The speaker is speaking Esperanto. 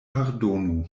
pardonu